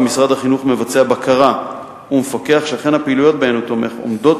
כי משרד החינוך מבצע בקרה ומפקח שאכן הפעילויות שבהן הוא תומך עומדות